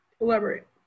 Elaborate